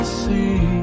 see